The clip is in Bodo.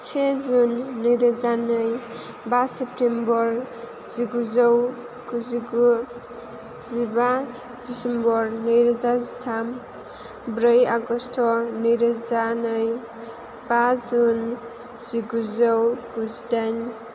से जुन नैरोजा नै बा सेप्टेम्बर जिगुजौ गुजिगु जिबा डिसेम्बर नैरोजा जिथाम ब्रै आगस्ट नैरोजा नै बा जुन जिगुजौ गुजिडाइन